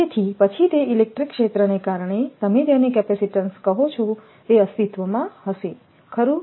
તેથી પછી તે ઇલેક્ટ્રિક ક્ષેત્રને કારણે તમે જેને કેપેસિટીન્સ કહો છો તે અસ્તિત્વમાં હશે ખરું